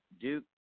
Duke